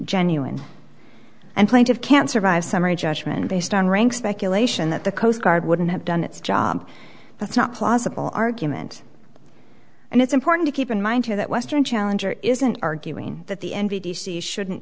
genuine and plaintive can survive summary judgment based on rank speculation that the coast guard wouldn't have done its job that's not plausible argument and it's important to keep in mind here that western challenger isn't arguing that the n v d c shouldn't